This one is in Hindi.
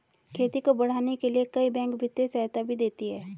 खेती को बढ़ाने के लिए कई बैंक वित्तीय सहायता भी देती है